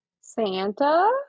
Santa